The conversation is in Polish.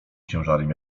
ciężarem